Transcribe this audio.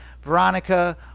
Veronica